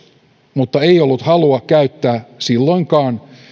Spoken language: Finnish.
mutta ei ollut halua käyttää silloinkaan